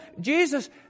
Jesus